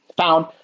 found